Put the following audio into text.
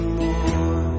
more